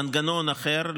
מנגנון אחר,